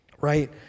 Right